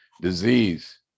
disease